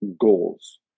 goals